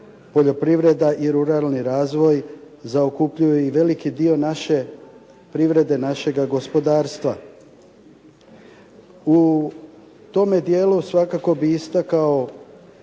poljoprivreda i ruralni razvoj zaokupljaju i veliki dio naše privrede, našega gospodarstva. U tome dijelu svakako bih istaknuo